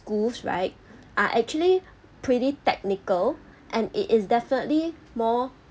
schools right are actually pretty technical and it is definitely more